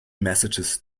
messages